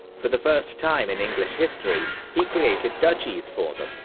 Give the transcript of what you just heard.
for the first time in english history he created duchies for them,